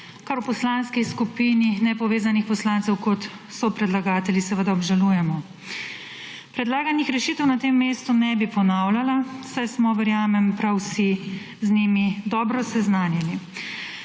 kar v Poslanski skupini Nepovezanih poslancev, kot sopredlagatelji seveda obžalujemo. Predlaganih rešitev na tem mestu ne bi ponavljala, saj smo, verjamem, prav vsi z njimi dobro seznanjeni.